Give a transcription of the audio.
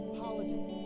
holiday